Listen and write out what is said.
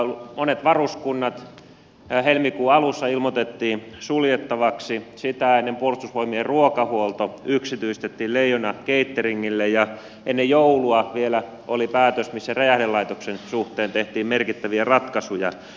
monet varuskunnat helmikuun alussa ilmoitettiin suljettavaksi sitä ennen puolustusvoimien ruokahuolto yksityistettiin leijona cateringille ja ennen joulua vielä oli päätös missä räjähdelaitoksen suhteen tehtiin merkittäviä ratkaisuja